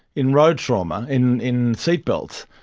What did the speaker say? in road trauma, in in seat belts,